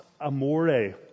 Amore